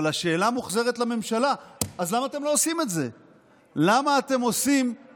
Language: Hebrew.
אבל השאלה מוחזרת לממשלה: אז למה אתם לא עושים את זה?